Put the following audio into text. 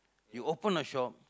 you open a shop